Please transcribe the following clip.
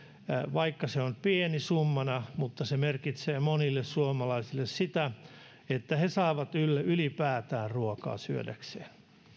vaikka se on pieni summana se merkitsee monille suomalaisille sitä että he saavat ylipäätään ruokaa syödäkseen